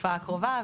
בתקופה הקרובה,